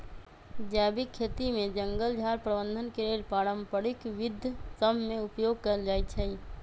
जैविक खेती में जङगल झार प्रबंधन के लेल पारंपरिक विद्ध सभ में उपयोग कएल जाइ छइ